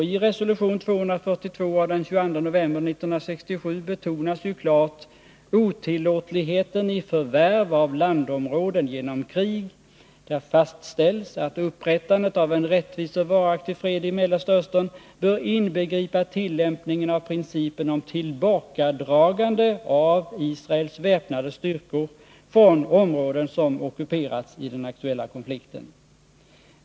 I resolution 242 av den 22 november 1967 betonas ju klart otillåtligheten i förvärv av landområden genom krig, och där fastställs att upprättandet av en rättvis och varaktig fred i Mellersta Östern bör inbegripa tillämpningen av principen om tillbakadragande av Israels väpnade styrkor från områden som ockuperats i den aktuella konflikten.